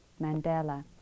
Mandela